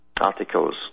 articles